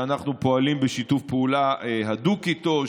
ואנחנו פועלים בשיתוף פעולה הדוק איתו.